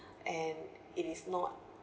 and it is not